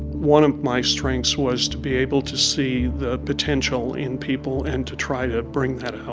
one of my strengths was to be able to see the potential in people and to try to bring that